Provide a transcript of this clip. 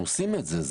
אנחנו עושים את זה.